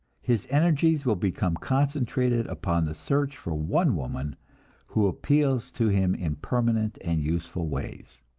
his energies will become concentrated upon the search for one woman who appeals to him in permanent and useful ways.